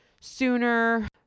sooner